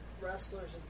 wrestlers